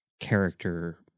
character